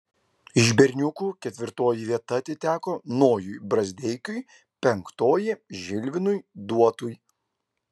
iš berniukų ketvirtoji vieta atiteko nojui brazdeikiui penktoji žilvinui duotui